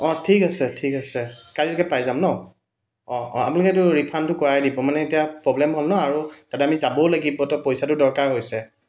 অঁ ঠিক আছে ঠিক আছে কালিলৈকে পাই যাম ন' অঁ অঁ আপুনি সেইটো ৰিফাণ্ডটো কৰাই দিব মানে এতিয়া প্ৰব্লেম হ'ল ন আৰু তাতে আমি যাবও লাগিব তো পইচাটো দৰকাৰ হৈছে